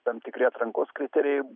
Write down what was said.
tam tikri atrankos kriterijai